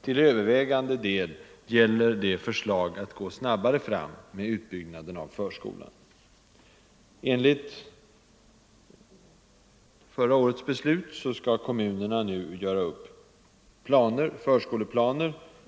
Till övervägande del gäller det förslag om att gå snabbare fram med utbyggnaden av förskolan. Enligt förra årets beslut skall kommunerna nu göra upp förskoleplaner.